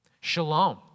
Shalom